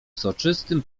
soczystym